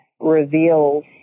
Reveals